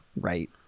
right